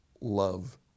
love